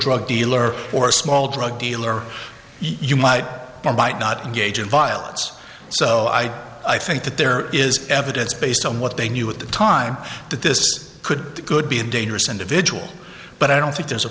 drug dealer or a small drug dealer you might or might not engage in violence so i i think that there is evidence based on what they knew at the time that this could could be a dangerous individual but i don't think there's a